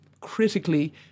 critically